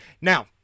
Now